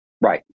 Right